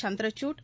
Chandrachud